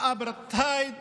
האפרטהייד